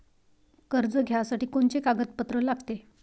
कर्ज घ्यासाठी कोनचे कागदपत्र लागते?